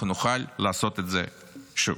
אנחנו נוכל לעשות את זה שוב.